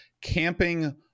Camping